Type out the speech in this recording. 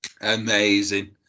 Amazing